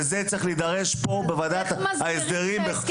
וזה צריך להידרש פה בוועדת ההסדרים.